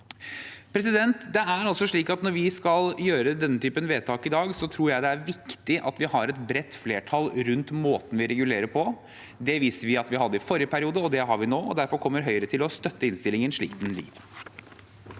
for denne endringen i 2021. Når vi skal gjøre denne typen vedtak i dag, tror jeg det er viktig at vi har et bredt flertall rundt måten vi regulerer på. Det viste vi at vi hadde i forrige periode, og det har vi nå. Derfor kommer Høyre til å støtte innstillingen slik den ligger.